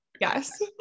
yes